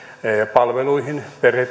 palveluihin